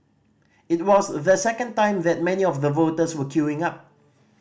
it was the second time that many of the voters were queuing up